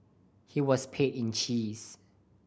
he was paid in cheese